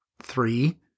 three